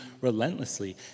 relentlessly